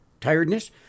tiredness